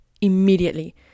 immediately